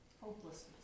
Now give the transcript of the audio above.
Hopelessness